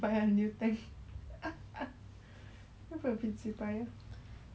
you can sell for ninety ah